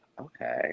Okay